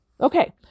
Okay